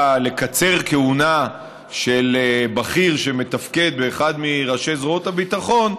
לקצר כהונה של בכיר שמתפקד באחד מראשי זרועות הביטחון,